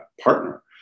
partner